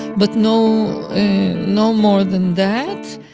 but no no more than that.